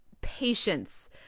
patience